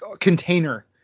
container